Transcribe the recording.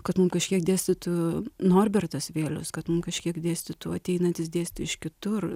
kad mum kažkiek dėstytų norbertas vėlius kad kažkiek dėstytų ateinantys dėstytojai iš kitur